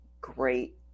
great